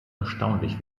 erstaunlich